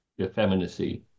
effeminacy